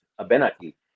Abenaki